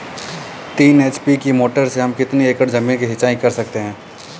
तीन एच.पी की मोटर से हम कितनी एकड़ ज़मीन की सिंचाई कर सकते हैं?